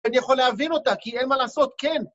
אני יכול להבין אותה, כי אין מה לעשות. כן.